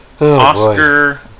Oscar